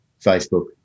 Facebook